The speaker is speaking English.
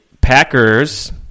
Packers